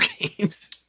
games